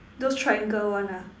those triangle one ah